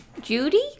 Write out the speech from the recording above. Judy